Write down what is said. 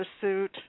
suit